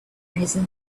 reason